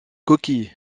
coquille